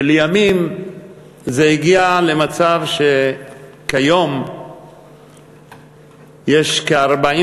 ולימים זה הגיע למצב שכיום יש כ-44